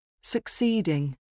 Succeeding